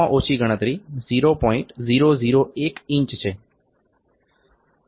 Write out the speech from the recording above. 001 inch છે